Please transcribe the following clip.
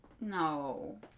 No